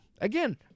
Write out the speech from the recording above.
again